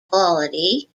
polity